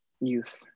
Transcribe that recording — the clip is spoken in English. youth